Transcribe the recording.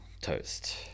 Toast